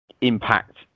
impact